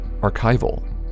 archival